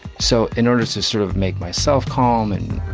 so in order to sort of make myself calm and